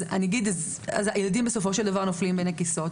אז בסופו של דבר נופלים בין הכיסאות.